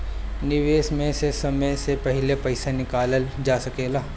निवेश में से समय से पहले पईसा निकालल जा सेकला?